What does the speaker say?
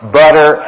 butter